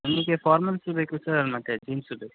ನನಗೆ ಫಾರ್ಮಲ್ಸ್ ಬೇಕು ಸರ್ ಮತ್ತೆ ಜೀನ್ಸು ಬೆ